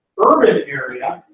urban area,